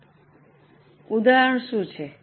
હવે ઉદાહરણ શું છે